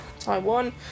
taiwan